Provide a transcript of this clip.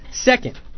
Second